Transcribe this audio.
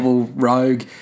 rogue